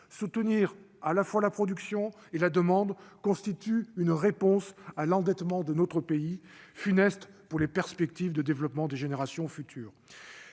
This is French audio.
soutenir à la fois la production et la demande constitue une réponse à l'endettement de notre pays funeste pour les perspectives de développement des générations futures,